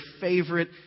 favorite